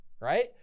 right